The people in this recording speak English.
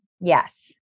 yes